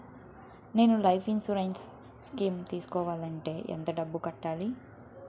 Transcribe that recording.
నేను life insurance scheme తీసుకోవాలంటే ఎంత డబ్బు కట్టాలి?